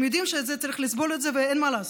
הם יודעים שצריך לסבול את זה ואין מה לעשות,